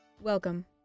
Welcome